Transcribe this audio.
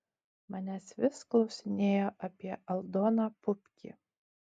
manęs vis klausinėjo apie aldoną pupkį